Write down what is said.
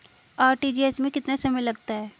RTGS में कितना समय लगता है?